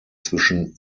zwischen